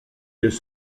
les